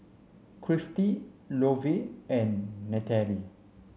Christi Lovie and Nataly